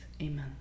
Amen